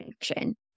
action